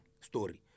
story